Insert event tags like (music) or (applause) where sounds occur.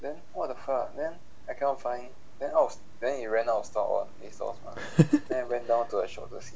(laughs)